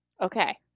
Okay